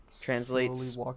Translates